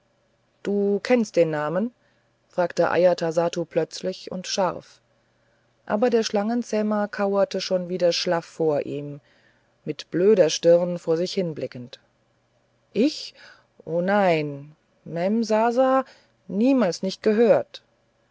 du kennst den namen fragte ajatasattu plötzlich und scharf aber der schlangenzähmer kauerte schon wieder schlaff vor ihm mit blöder stirn vor sich hinblickend ich o nein memsasa niemals nicht gehört